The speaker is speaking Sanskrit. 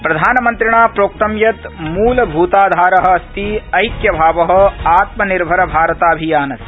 प्रधानमन्त्रिणा प्रोक्तं यत् मूलभूताधार अस्ति ऐक्यभाव आत्मनिर्भरभारताभियानस्य